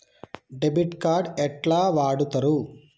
Debit card ఎట్లా వాడుతరు?